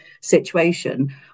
situation